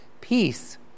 peace